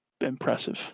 impressive